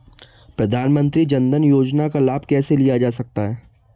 प्रधानमंत्री जनधन योजना का लाभ कैसे लिया जा सकता है?